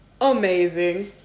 amazing